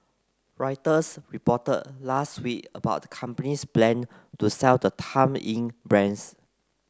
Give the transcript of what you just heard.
Reuters reported last week about the company's plan to sell the Time Inc brands